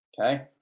Okay